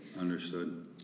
Understood